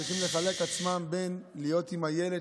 הם צריכים לחלק את עצמם בין להיות עם הילד,